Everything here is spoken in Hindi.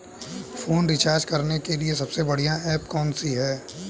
फोन रिचार्ज करने के लिए सबसे बढ़िया ऐप कौन सी है?